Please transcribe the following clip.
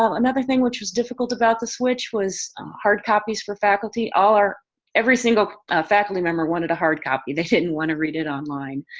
ah another thing which was difficult about the switch was hard copies for faculty. every single faculty member wanted a hard copy. they didn't wanna read it online.